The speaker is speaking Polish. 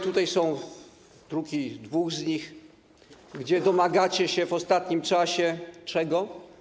Tutaj są druki dwóch z nich, w których domagacie się w ostatnim czasie czego?